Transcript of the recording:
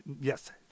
Yes